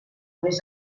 des